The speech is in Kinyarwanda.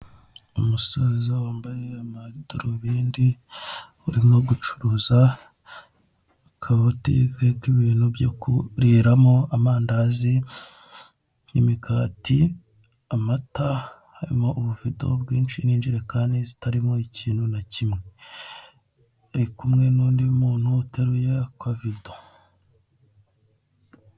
Umusaza wambaye amadarubindi urimo gucuruza akabotike k'ibintu byo kuriramo amandazi n' imikati, amata harimo ubuvido bwinshi n'injerekani zitarimo ikintu nakimwe, ari kumwe n'undi muntu uteruye akavido.